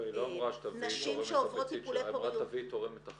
לא, היא לא אמרה שתביאי תורמת ביצית.